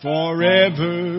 Forever